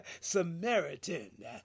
Samaritan